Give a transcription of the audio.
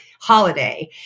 holiday